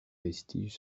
vestiges